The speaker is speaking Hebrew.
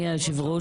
הצביעו.